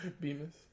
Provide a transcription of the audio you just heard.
Bemis